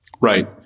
Right